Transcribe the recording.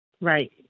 Right